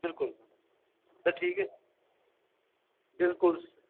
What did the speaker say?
बिल्कुल सर ठीक ऐ बिल्कुल